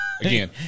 Again